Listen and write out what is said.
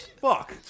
Fuck